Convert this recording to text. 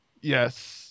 Yes